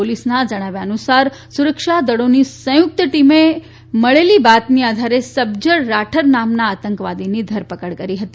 પોલીસના જણાવ્યા અનુસાર સુરક્ષા દળોની સંયુકત ટીમે મળેલી બાતમી આધારે સબ્જર રાઠર નામના આતંકવાદીની ધરપકડ કરી હતી